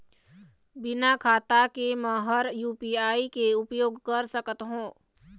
बिना खाता के म हर यू.पी.आई के उपयोग कर सकत हो?